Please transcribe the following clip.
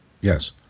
Yes